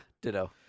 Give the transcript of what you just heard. Ditto